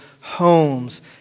homes